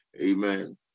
amen